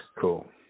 Cool